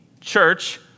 church